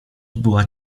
była